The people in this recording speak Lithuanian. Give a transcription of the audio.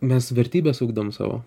mes vertybes ugdom savo